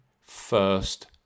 first